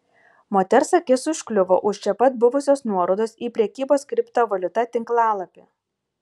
moters akis užkliuvo už čia pat buvusios nuorodos į prekybos kriptovaliuta tinklalapį